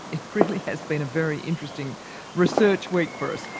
it really has been a very interesting research week for us.